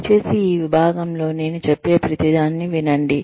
దయచేసి ఈ విభాగంలో నేను చెప్పే ప్రతిదాన్ని వినండి